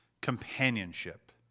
companionship